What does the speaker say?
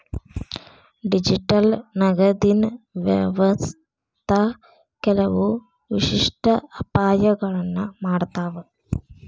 digital ನಗದಿನ್ ವ್ಯವಸ್ಥಾ ಕೆಲವು ವಿಶಿಷ್ಟ ಅಪಾಯಗಳನ್ನ ಮಾಡತಾವ